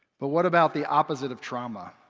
but what about the opposite of trauma?